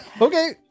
Okay